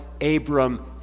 Abram